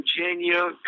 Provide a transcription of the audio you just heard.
Virginia